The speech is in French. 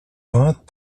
vingts